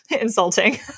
insulting